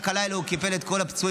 רק הלילה הוא קיבל את כל הפצועים,